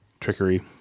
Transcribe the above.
trickery